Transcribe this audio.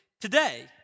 today